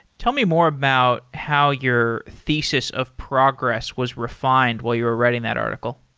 tell me more about how your thesis of progress was refined while you were writing that article.